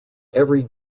every